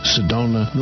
Sedona